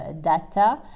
data